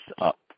up